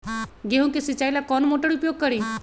गेंहू के सिंचाई ला कौन मोटर उपयोग करी?